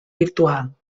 virtual